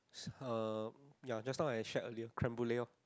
uh ya just now I shared earlier Creme-Brule orh